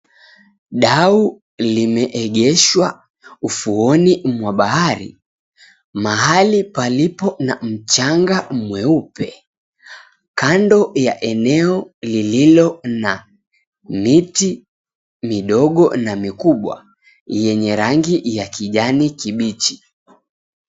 Dau limeegeshwa ufuoni mwa bahari mahali palipo na mchanga mweupe, kando ya eneo lililo na miti midogo na mikubwa yenye rangi ya kijani kibichi.